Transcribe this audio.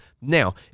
Now